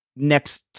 next